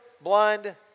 blind